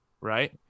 Right